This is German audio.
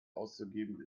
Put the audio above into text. auszugeben